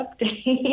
update